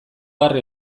har